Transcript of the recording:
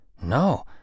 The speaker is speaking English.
no